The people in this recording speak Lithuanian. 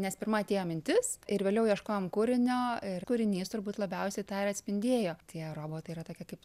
nes pirma atėjo mintis ir vėliau ieškojom kūrinio ir kūrinys turbūt labiausiai tą ir atspindėjo tie robotai yra tokie kaip